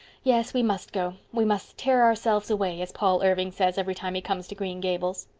yes, we must go. we must tear ourselves away as paul irving says every time he comes to green gables.